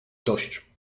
dość